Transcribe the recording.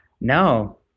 No